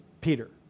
Peter